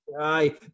aye